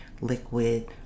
liquid